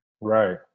Right